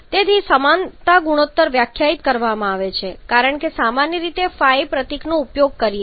તેથી સમાનતા ગુણોત્તર વ્યાખ્યાયિત કરવામાં આવે છે કારણ કે સામાન્ય રીતે આપણે ϕ પ્રતીકનો ઉપયોગ કરીએ છીએ